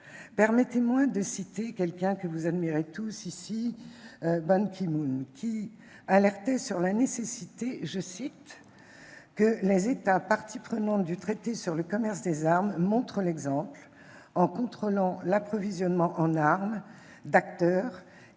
Permettez-moi de citer quelqu'un que vous admirez tous, ici, à savoir Ban Ki-moon, qui alertait sur la nécessité que « les États parties prenantes du traité sur le commerce des armes montrent l'exemple en contrôlant l'approvisionnement en armes d'acteurs